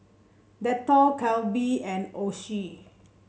Dettol Calbee and Oishi